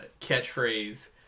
catchphrase